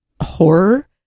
horror